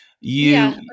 you-